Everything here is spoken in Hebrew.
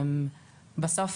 בסוף